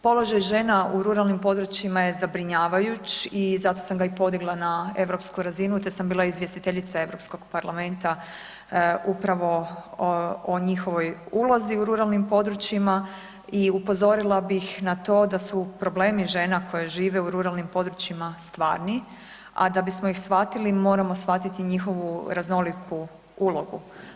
Položaj žena u ruralnim područjima je zabrinjavajuć i zato sam ga i podigla na europsku razinu te sam bila izvjestiteljica Europskog parlamenta upravo o njihovoj ulozi u ruralnim područjima i upozorila bih na to da su problemi žena koje žive u ruralnim područjima stvarni a da bismo ih shvatili, moramo shvatiti i njihovu raznoliku ulogu.